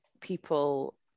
people